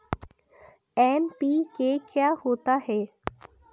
NPK क्या होता है?